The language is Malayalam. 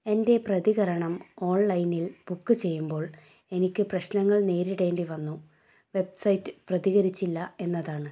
എൻ്റെ പ്രതികരണം ഓൺലൈനിൽ ബുക്ക് ചെയ്യുമ്പോൾ എനിക്ക് പ്രശ്നങ്ങൾ നേരിടേണ്ടി വന്നു വെബ്സൈറ്റ് പ്രതികരിച്ചില്ല എന്നതാണ്